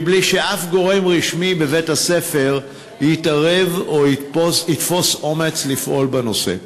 מבלי שאף גורם רשמי בבית-הספר יתערב או יתפוס אומץ לפעול בנושא.